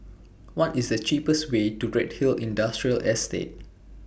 What IS The cheapest Way to Redhill Industrial Estate